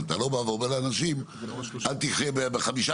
אתה לא בא ואומר לאנשים אל תחייה בחמישה